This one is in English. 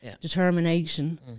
determination